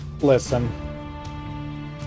Listen